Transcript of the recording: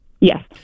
Yes